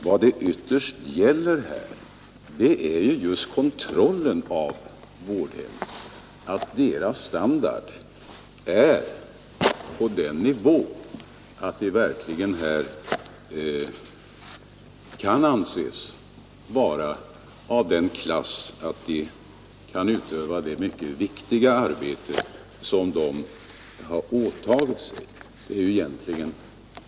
Vad det ytterst gäller är ju kontrollen av vårdhem; deras standard bör ligga på den nivån att de verkligen kan utföra det mycket viktiga arbete som de har åtagit sig.